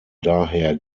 daher